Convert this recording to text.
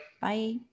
Bye